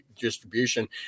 distribution